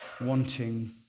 wanting